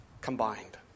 combined